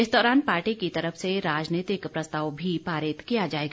इस दौरान पार्टी की तरफ से राजनीतिक प्रस्ताव भी पारित किया जाएगा